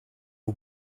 are